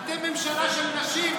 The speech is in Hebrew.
אתם ממשלה של נשים.